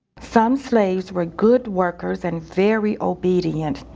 some slaves were good workers and very obedient.